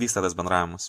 vyksta tas bendravimas